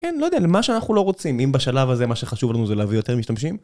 כן, לא יודע, למה שאנחנו לא רוצים, אם בשלב הזה מה שחשוב לנו זה להביא יותר משתמשים?